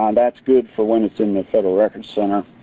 um that's good for one that's in the federal records center.